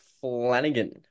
Flanagan